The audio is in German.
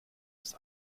ist